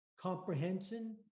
comprehension